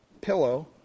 pillow